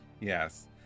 Yes